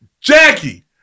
Jackie